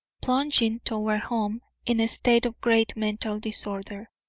plunging toward home in a state of great mental disorder.